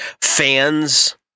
fans